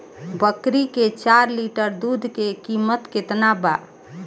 बकरी के चार लीटर दुध के किमत केतना बा?